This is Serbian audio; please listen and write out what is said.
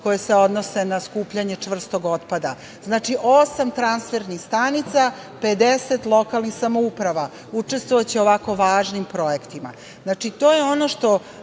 koje se odnose na skupljanje čvrstog otpada, znači osam transfernih stanica, 50 lokalnih samouprava, učestvovaće u ovako važnim projektima. To je ono što